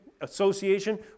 association